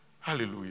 Hallelujah